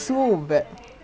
wait against who again sorry